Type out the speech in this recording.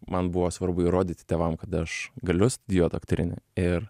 man buvo svarbu įrodyti tėvam kad aš galiu studijuot aktorinį ir